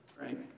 right